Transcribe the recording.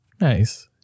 Nice